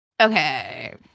Okay